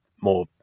more